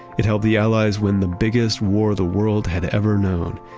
it helped the allies win the biggest war the world had ever known,